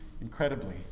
Incredibly